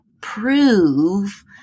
prove